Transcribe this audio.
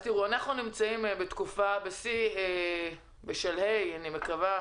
אנחנו נמצאים בשיא משבר הקורונה, ואני מקווה